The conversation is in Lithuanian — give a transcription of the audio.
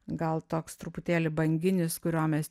gal toks truputėlį banginis kurio mes